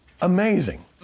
amazing